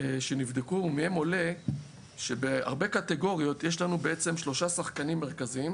ומהן עולה שבהרבה קטגוריות יש לנו בעצם שלושה שחקנים מרכזיים,